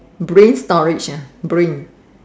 brain storage uh brain